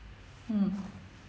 hmm